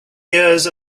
years